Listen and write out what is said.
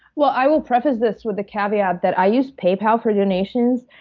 well, i will preface this with a caveat that i use paypal for donations.